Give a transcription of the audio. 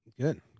Good